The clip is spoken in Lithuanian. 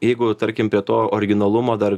jeigu tarkim prie to originalumo dar